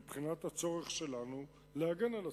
מבחינת הצורך שלנו להגן על עצמנו.